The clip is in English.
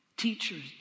teachers